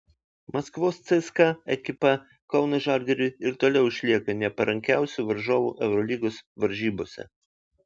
maskvos cska ekipa kauno žalgiriui ir toliau išlieka neparankiausiu varžovu eurolygos varžybose